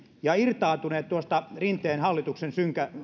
ja irtaantuneet tuosta rinteen hallituksen